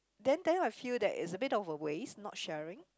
then then I feel that it's a bit of a waste not sharing